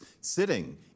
sitting